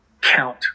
Count